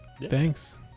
Thanks